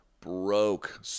Broke